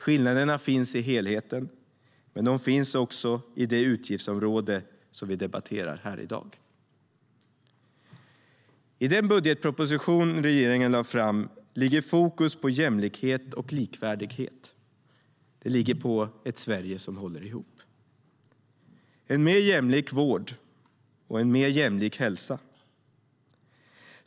Skillnaderna finns i helheten, men de finns också i det utgiftsområde som vi debatterar här i dag.I den budgetproposition som regeringen lade fram ligger fokus på jämlikhet och likvärdighet - det ligger på ett Sverige som håller ihop med en mer jämlik vård och en mer jämlik hälsa.